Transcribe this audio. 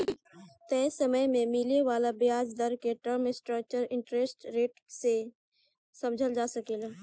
तय समय में मिले वाला ब्याज दर के टर्म स्ट्रक्चर इंटरेस्ट रेट के से समझल जा सकेला